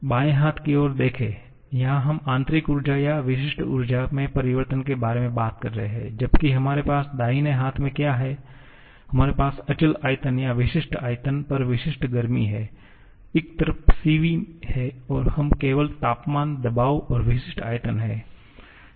बाएं हाथ की ओर देखें यहां हम आंतरिक ऊर्जा या विशिष्ट आंतरिक ऊर्जा में परिवर्तन के बारे में बात कर रहे हैं जबकि हमारे पास दाहिने हाथ में क्या है हमारे पास अचल आयतन या विशिष्ट आयतन पर विशिष्ट गर्मी है एक तरफ Cv है और हम केवल तापमान दबाव और विशिष्ट आयतन है